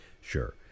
Sure